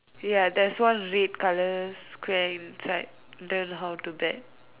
ya there' one red colour square inside learn how to bet